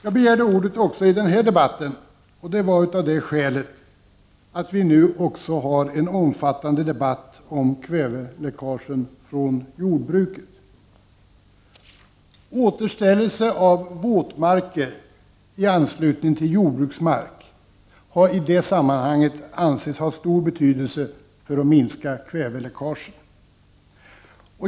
Jag begärde ordet också i den här debatten av det skälet att vi nu även har en omfattande debatt om kväveläckagen från jordbruket. Återställelse av våtmarker i anslutning till jordbruksmark har i det sammanhanget ansetts ha stor betydelse för att minska kväveläckagen.